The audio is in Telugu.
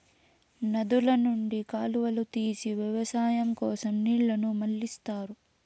నదుల నుండి కాలువలు తీసి వ్యవసాయం కోసం నీళ్ళను మళ్ళిస్తారు